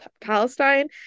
Palestine